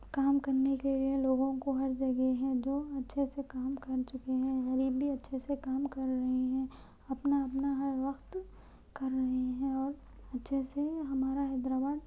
کام کرنے کے لئے لوگوں کو ہر جگہ ہے جو اچھے سے کام کر چکے ہیں غریب بھی اچھے سے کام کر رہے ہیں اپنا اپنا ہر وقت کر رہے ہیں اور اچھے سے ہمارا حیدر آباد